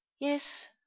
Yes